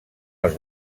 els